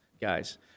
guys